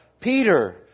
Peter